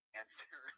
answer